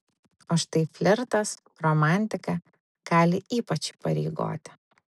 o štai flirtas romantika gali ypač įpareigoti